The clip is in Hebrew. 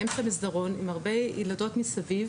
באמצע מסדרון עם הרבה ילדות מסביב.